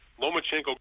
Lomachenko